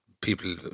people